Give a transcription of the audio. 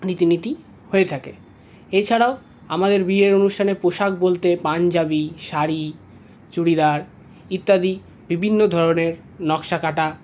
রীতিনীতি হয়ে থাকে এছাড়াও আমাদের বিয়ের অনুষ্ঠানে পোশাক বলতে পাঞ্জাবি শাড়ি চুড়িদার ইত্যাদি বিভিন্ন ধরনের নকশা কাটা